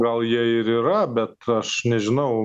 o gal jie ir yra bet aš nežinau